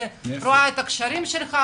רואה את הקשרים שלך,